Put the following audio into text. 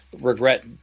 regret